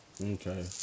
Okay